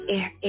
Air